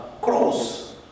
Cross